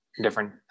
different